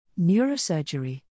neurosurgery